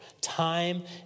time